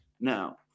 now